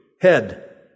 head